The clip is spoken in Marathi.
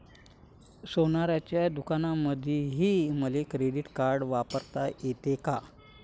सोनाराच्या दुकानामंधीही मले क्रेडिट कार्ड वापरता येते का?